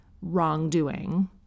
wrongdoing